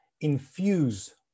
infuse